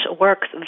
works